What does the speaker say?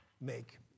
make